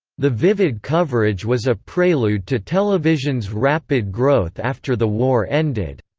the vivid coverage was a prelude to television's rapid growth after the war ended.